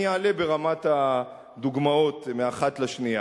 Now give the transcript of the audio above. אני אעלה ברמת הדוגמאות מאחת לשנייה: